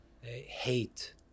hate